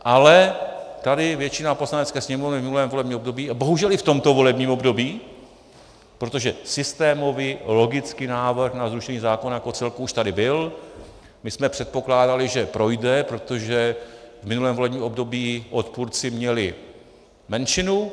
Ale tady většina Poslanecké sněmovny v minulém volebním období a bohužel i v tomto volebním období, protože systémový logický návrh na zrušení zákona jako celku už tady byl, my jsme předpokládali, že projde, protože v minulém volebním období odpůrci měli menšinu;